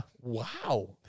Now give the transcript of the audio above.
Wow